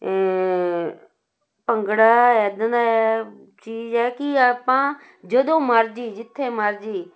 ਭੰਗੜਾ ਇੱਦਾਂ ਦਾ ਚੀਜ਼ ਹੈ ਕਿ ਆਪਾਂ ਜਦੋਂ ਮਰਜ਼ੀ ਜਿੱਥੇ ਮਰਜ਼ੀ